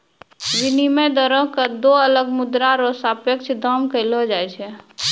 विनिमय दरो क दो अलग मुद्रा र सापेक्ष दाम कहलो जाय छै